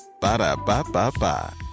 Ba-da-ba-ba-ba